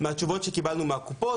מהתשובות שקיבלנו מהקופות,